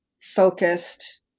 focused